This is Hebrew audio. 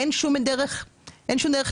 אין שום דרך להימלט.